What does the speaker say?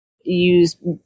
use